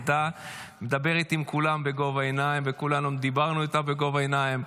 הייתה מדברת עם כולם בגובה העיניים,